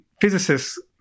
physicists